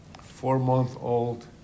four-month-old